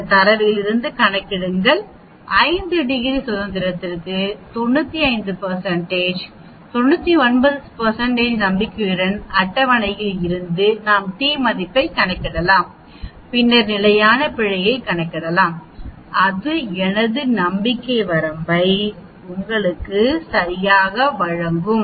இந்தத் தரவிலிருந்து கணக்கிடுங்கள் 5 டிகிரி சுதந்திரத்திற்கு 95 99 நம்பிக்கையுடன் அட்டவணையில் இருந்து நாம் t ஐ கணக்கிடலாம் பின்னர் நிலையான பிழையை கணக்கிடலாம் அது எனது நம்பிக்கை வரம்பை உங்களுக்கு சரியாக வழங்கும்